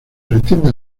pretende